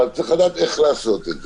אבל צריך לדעת איך לעשות את זה.